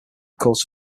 records